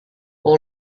all